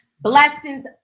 blessings